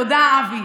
תודה, אבי.